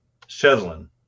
Sheslin